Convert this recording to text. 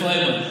איפה איימן?